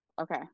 Okay